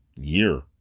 year